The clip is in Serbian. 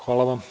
Hvala vam.